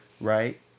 right